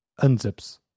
unzips